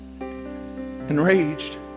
Enraged